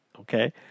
okay